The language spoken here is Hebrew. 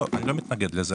לא, אני לא מתנגד לזה.